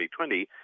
2020